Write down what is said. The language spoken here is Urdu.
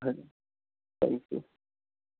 ہاں جی تھینک یو